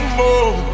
more